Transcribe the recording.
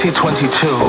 2022